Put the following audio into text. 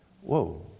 Whoa